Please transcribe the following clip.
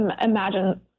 imagine